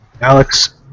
Alex